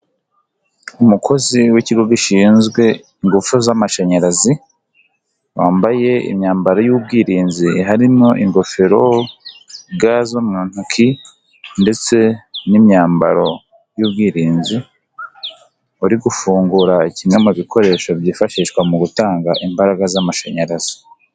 Umukozi w'ikigo gishinzwe ingufu z'amashanyarazi, wambaye imyambaro y'ubwirinzi harimo: ingofero, gazo mu ntoki ndetse n'imyambaro y'ubwirinzi, bari gufungura kimwe mu bikoresho byifashishwa mu gutanga imbaraga z'amashanyarazi.